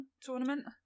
tournament